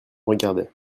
regardaient